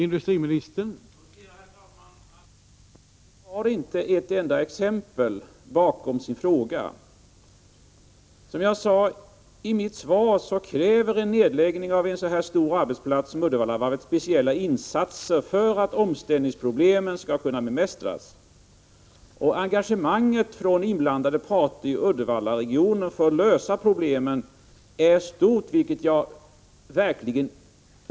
Herr talman! Jag noterar att Bengt Kindbom inte kan nämna ett enda exempel som stöd för sin fråga. Som jag sade i svaret kräver en nedläggning av en så stor arbetsplats som Uddevallavarvet speciella insatser för att omställningsproblemen skall kunna bemästras. Inblandade parter i Uddevallaregionen har visat ett stort engagemang när det gäller att lösa problemen, och det uppskattar jag verkligen.